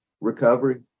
recovery